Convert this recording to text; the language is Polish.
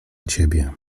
ciebie